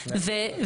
בחדר,